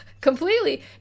completely